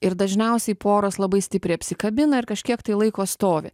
ir dažniausiai poros labai stipriai apsikabina ir kažkiek laiko stovi